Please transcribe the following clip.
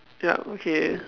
up okay